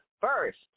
first